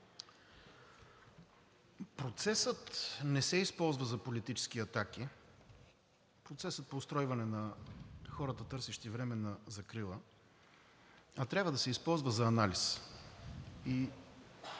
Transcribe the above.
процесът не се използва за политически атаки – процесът по устройване на хората, търсещи временна закрила, а трябва да се използва за анализ.